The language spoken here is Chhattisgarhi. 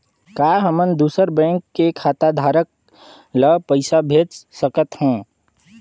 का हमन दूसर बैंक के खाताधरक ल पइसा भेज सकथ हों?